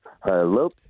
Hello